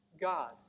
God